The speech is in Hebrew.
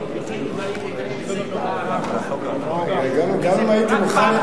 כי זה רק פעם אחת